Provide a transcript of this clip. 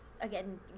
again